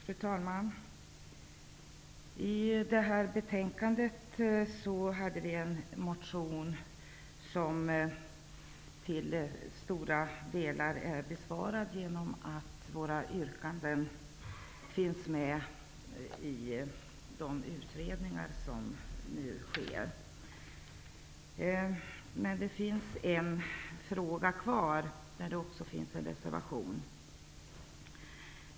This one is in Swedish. Fru talman! I det här betänkandet har vi en motion som till stora delar är besvarad genom att våra yrkanden finns med i de utredningar som nu pågår. Det finns emellertid ytterligare en fråga med en reservation.